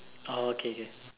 oh okay okay